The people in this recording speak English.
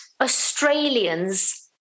Australians